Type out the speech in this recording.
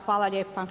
Hvala lijepa.